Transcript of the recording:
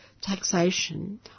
taxation